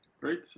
Great